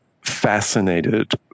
fascinated